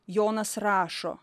jonas rašo